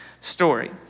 story